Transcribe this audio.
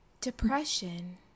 depression